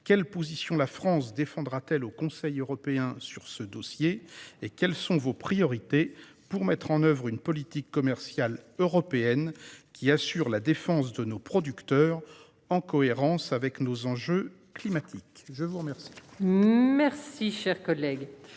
quelle position la France défendra-t-elle au Conseil européen sur ce dossier ? Quelles sont vos priorités pour mettre en oeuvre une politique commerciale européenne qui assure la défense de nos producteurs en cohérence avec nos objectifs climatiques ? La parole est à M. le